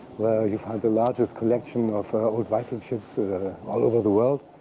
where you find the largest collection of old viking ships all over the world.